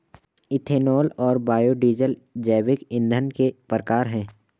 ethanol और biodiesel जैविक ईंधन के प्रकार है